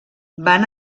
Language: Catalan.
van